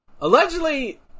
Allegedly